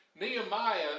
Nehemiah